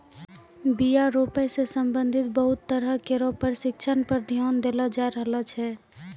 बीया रोपै सें संबंधित बहुते तरह केरो परशिक्षण पर ध्यान देलो जाय रहलो छै